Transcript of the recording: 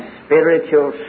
spiritual